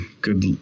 good